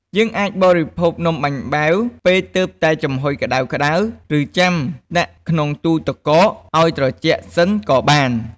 យើងអាចបរិភោគនំបាញ់បែវពេលទើបតែចំហុយក្ដៅៗ ឬចាំដាក់ក្នុងទូទឹកកកឱ្យត្រជាក់សិនក៏បាន។